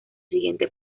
siguiente